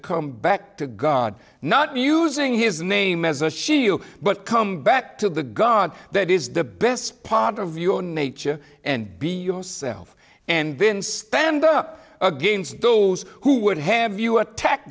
come back to god not using his name as a shield but come back to the god that is the best part of your nature and be yourself and then stand up against those who would have you attack